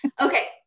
Okay